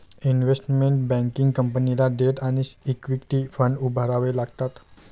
investment banking कंपनीला debt आणि equity fund उभारावे लागतात